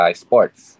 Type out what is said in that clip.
sports